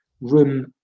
room